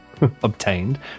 obtained